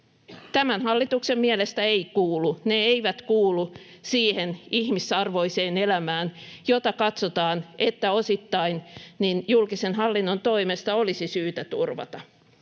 Tämän hallituksen mielestä ei kuulu, ne eivät kuulu siihen ihmisarvoiseen elämään, jota katsotaan, että osittain julkisen hallinnon toimesta olisi syytä turvata.